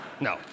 no